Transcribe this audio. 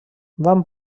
van